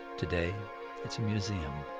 today it's a museum.